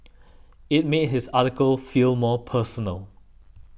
it made his article feel more personal